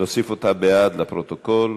נוסיף אותה בעד, לפרוטוקול.